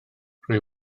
rwy